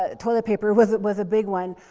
ah toilet paper was, was a big one,